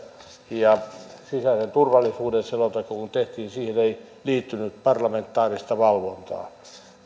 kun sisäisen turvallisuuden selonteko tehtiin siihen ei liittynyt parlamentaarista valvontaa